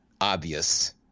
obvious